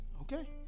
Okay